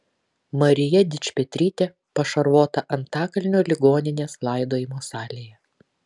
marija dičpetrytė pašarvota antakalnio ligoninės laidojimo salėje